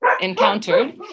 encountered